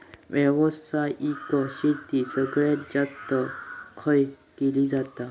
व्यावसायिक शेती सगळ्यात जास्त खय केली जाता?